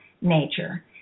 nature